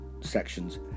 sections